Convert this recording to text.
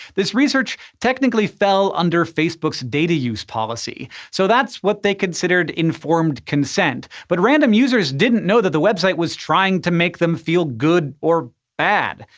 this research technically fell under facebook's data use policy, so that's what they considered informed consent, but random users didn't know that the website was trying to make them feel good or bad.